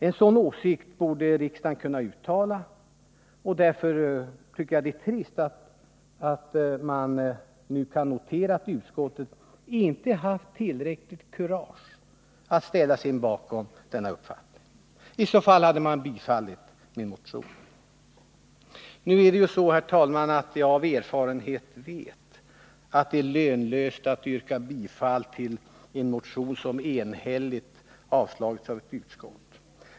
En sådan åsikt borde riksdagen kunna uttala. Därför tycker jag det är trist att man nu'kan notera att utskottet inte haft tillräckligt kurage att ställa sig bakom denna uppfattning. I så fall hade man biträtt min motion. Herr talman! Av erfarenhet vet jag att det är lönlöst att yrka bifall till en motion som enhälligt avstyrkts av ett utskott.